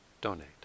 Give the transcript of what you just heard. donate